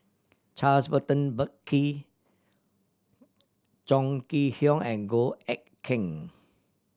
Charles Burton Buckley Chong Kee Hiong and Goh Eck Kheng